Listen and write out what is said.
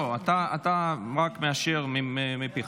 לא, אתה רק מאשר מפיך.